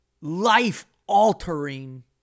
life-altering